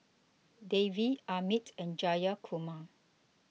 Devi Amit and Jayakumar